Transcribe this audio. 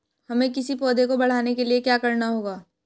हमें किसी पौधे को बढ़ाने के लिये क्या करना होगा?